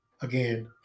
Again